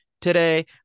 Today